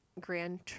grand